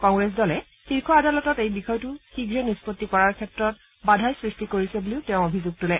কংগ্ৰেছ দলে শীৰ্ষ আদালতত এই বিষয়টো শীঘ্ৰে নিষ্পতি কৰাৰ ক্ষেত্ৰত বাধাৰ সৃষ্টি কৰিছে বুলি তেওঁ অভিযোগ তোলে